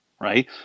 right